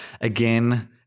Again